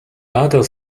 adult